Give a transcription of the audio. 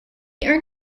earned